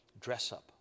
dress-up